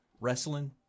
wrestling